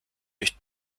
durch